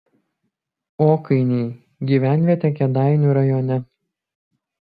okainiai gyvenvietė kėdainių rajone